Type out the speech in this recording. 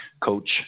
coach